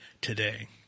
today